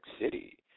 City